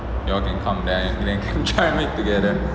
you all can come then we can try to make it together